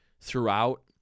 throughout